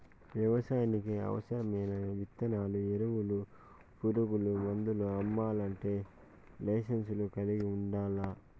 వ్యవసాయానికి అవసరమైన ఇత్తనాలు, ఎరువులు, పురుగు మందులు అమ్మల్లంటే లైసెన్సును కలిగి ఉండల్లా